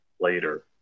later